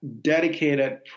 dedicated